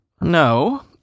No